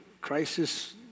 crisis